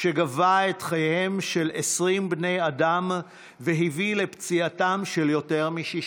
שגבה את חייהם של 20 בני אדם והביא לפציעתם של יותר מ-60.